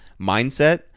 mindset